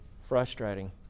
frustrating